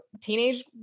teenage